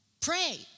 Pray